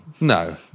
No